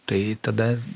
tai tada